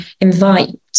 invite